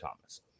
thomas